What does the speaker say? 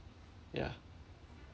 ya